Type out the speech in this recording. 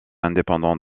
indépendants